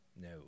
no